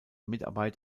mitarbeit